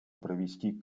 провести